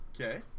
Okay